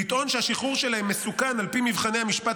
לטעון שהשחרור שלהם מסוכן על פי מבחני המשפט